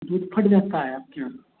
दूध फट जाता हे आपके यहाँ